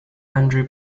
andrew